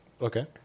Okay